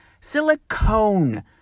Silicone